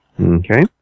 Okay